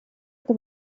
это